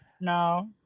no